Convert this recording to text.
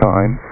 Time